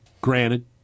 granted